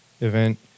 event